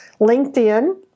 LinkedIn